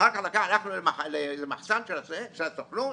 אחר כך הלכנו למחסן של הסוכנות,